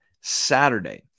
Saturday